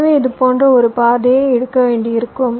எனவே இது போன்ற ஒரு பாதையை எடுக்க வேண்டியிருக்கும்